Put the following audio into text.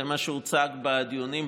זה מה שהוצג בדיונים בוועדה,